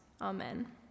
Amen